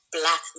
black